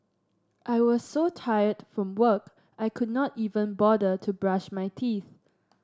I was so tired from work I could not even bother to brush my teeth